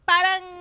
Parang